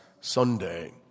Sunday